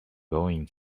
going